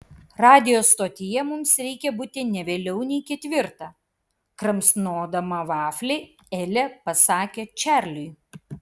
radijo stotyje mums reikia būti ne vėliau nei ketvirtą kramsnodama vaflį elė pasakė čarliui